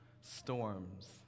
storms